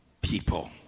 people